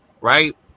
right